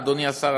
אדוני השר,